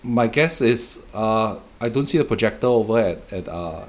my guess is uh I don't see the projector over at at err